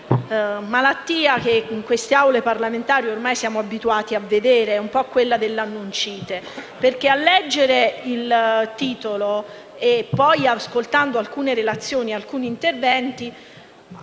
una malattia che in queste Aule parlamentari ormai siamo abituati a vedere, quella dell'"annuncite". A leggere il titolo e ad ascoltare alcune relazioni e alcuni interventi